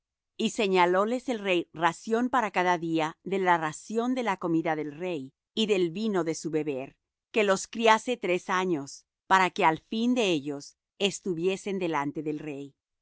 y señalóles el rey ración para cada día de la ración de la comida del rey y del vino de su beber que los criase tres años para que al fin de ellos estuviesen delante del rey